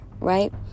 right